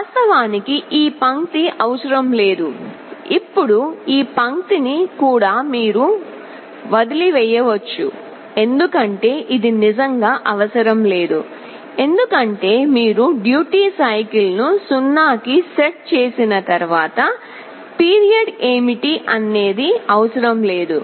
వాస్తవానికి ఈ పంక్తి అవసరం లేదుఇప్పుడు ఈ పంక్తిని కూడా మీరు వదిలివేయవచ్చు ఎందుకంటే ఇది నిజంగా అవసరం లేదు ఎందుకంటే మీరు డ్యూటీ సైకిల్ను 0 కి సెట్ చేసిన తర్వాత పీరియడ్ ఏమిటి అన్నది అవసరం లేదు